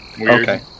Okay